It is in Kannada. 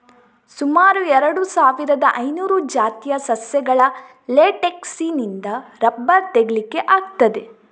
ಸುಮಾರು ಎರಡು ಸಾವಿರದ ಐನೂರು ಜಾತಿಯ ಸಸ್ಯಗಳ ಲೇಟೆಕ್ಸಿನಿಂದ ರಬ್ಬರ್ ತೆಗೀಲಿಕ್ಕೆ ಆಗ್ತದೆ